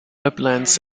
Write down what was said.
uplands